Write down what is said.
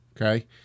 Okay